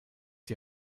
die